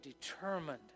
determined